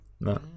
No